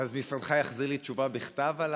אתה רוצה בכתב?